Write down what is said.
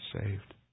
saved